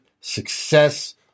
success